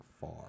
far